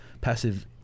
passive